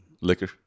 liquor